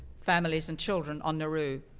families and children, on nauru.